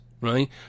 Right